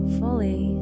fully